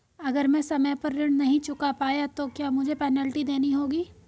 अगर मैं समय पर ऋण नहीं चुका पाया तो क्या मुझे पेनल्टी देनी होगी?